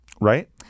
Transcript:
Right